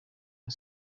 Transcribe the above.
nka